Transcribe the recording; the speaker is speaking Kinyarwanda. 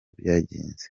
byagenze